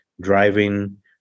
driving